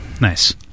Nice